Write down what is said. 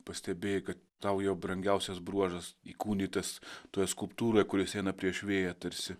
pastebėjai kad tau jo brangiausias bruožas įkūnytas toje skulptūroje kuris eina prieš vėją tarsi